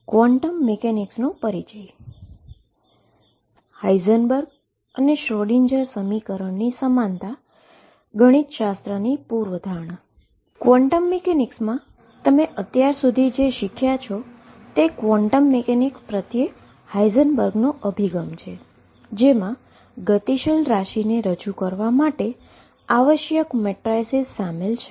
quantum મિકેનિક્સમાં તમે અત્યાર સુધી જે શીખ્યા છો તે છે ક્વોન્ટમ મિકેનિક્સ પ્રત્યે હાઈઝનબર્ગનો અભિગમ છે જેમાં ડાઈનેમીકલ ક્વોન્ટીટી ને રજૂ કરવા માટે આવશ્યક મેટ્રાઈસ સામેલ છે